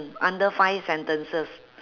mm under five sentences